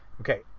okay